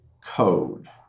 code